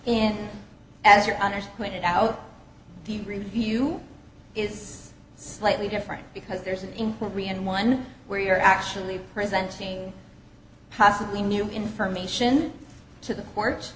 and as your others pointed out the review is slightly different because there's an inquiry and one where you're actually presenting possibly new information to the